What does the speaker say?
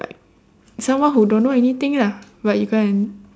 like someone who don't know anything lah but you can